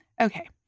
Okay